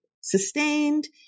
sustained